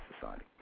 society